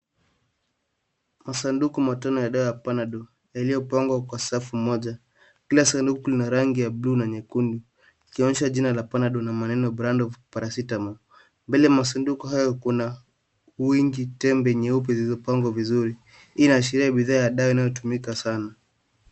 Masanduku madogo ya dawa ya panadol, yaliyopangwa kwa safu moja. Kila sanduku lina rangi ya buluu na nyekundu, likionyesha jina la panadol na maneno, brand of paracetamol. Mbele ya masanduku hayo kuna wingi tembe nyeupe zilizopangwa vizuri. Hii inaashiria bidhaa ya dawa inayotumika sana.